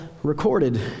recorded